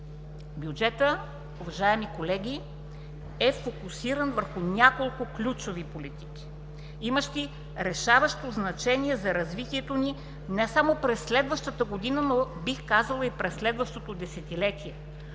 Бюджетът, уважаеми колеги, е фокусиран върху няколко ключови политики, имащи решаващо значение за развитието ни, не само през следващата година, но бих казала и през следващото десетилетие.